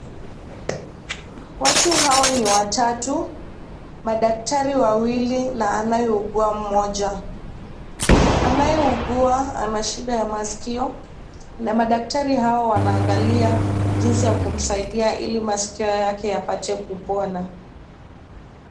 Watu hawa ni watatu madaktari wawili na anayeugua mmoja, anayeugua ana shida ya maskio na madaktari hawa wanaangalia jinsi ya kumsaidia hili maskio yake yapate kupona.